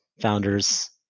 founders